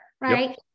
right